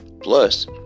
Plus